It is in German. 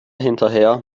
hinterher